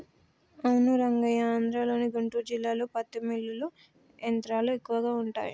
అవును రంగయ్య ఆంధ్రలోని గుంటూరు జిల్లాలో పత్తి మిల్లులు యంత్రాలు ఎక్కువగా ఉంటాయి